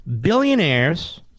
Billionaires